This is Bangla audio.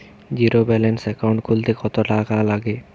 জীরো ব্যালান্স একাউন্ট খুলতে কত টাকা লাগে?